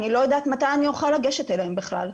אני לא יודעת מתי אני אוכל לגשת אליהם בכלל.